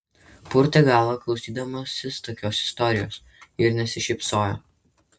purtė galvą klausydamasis tokios istorijos ir nesišypsojo